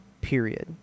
period